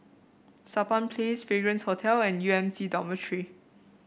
Sampan Place Fragrance Hotel and U M C Dormitory